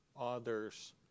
others